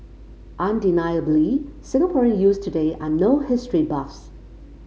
undeniably Singaporean youths today are no history buffs